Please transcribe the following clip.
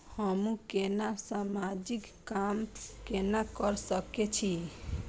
हमू केना समाजिक काम केना कर सके छी?